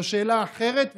זו שאלה אחרת,